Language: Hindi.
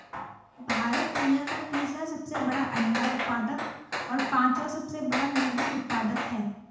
भारत दुनिया का तीसरा सबसे बड़ा अंडा उत्पादक और पांचवां सबसे बड़ा मुर्गी उत्पादक है